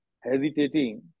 hesitating